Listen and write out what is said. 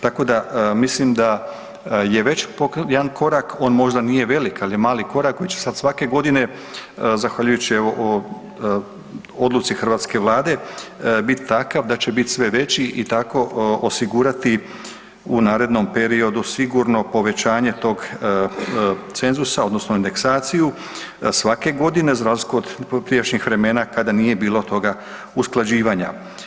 Tako da mislim da je već jedan korak, on možda nije velik, ali je mali korak koji će sad svake godine, zahvaljujući evo odluci hrvatske Vlade biti takav da će biti sve veći i tako osigurati u narednom periodu sigurno povećanje tog cenzusa odnosno indeksaciju svake godine, za razliku od prijašnjih vremena kada nije bilo toga usklađivanja.